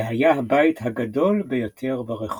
זה היה הבית הגדול ביותר ברחוב.